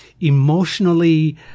emotionally